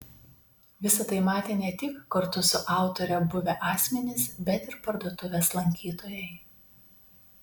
visa tai matė ne tik kartu su autore buvę asmenys bet ir parduotuvės lankytojai